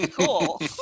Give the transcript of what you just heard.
Cool